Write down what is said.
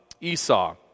Esau